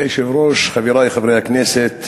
אדוני היושב-ראש, חברי חברי הכנסת,